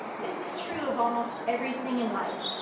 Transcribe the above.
this is true of almost everything in life,